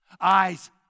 Eyes